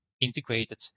integrated